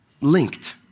linked